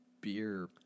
beer